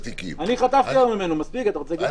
אני חטפתי היום ממנו מספיק, אתה רוצה גם?